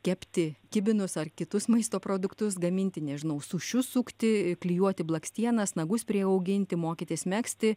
kepti kibinus ar kitus maisto produktus gaminti nežinau sušius sukti klijuoti blakstienas nagus priauginti mokytis megzti